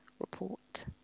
Report